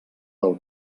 del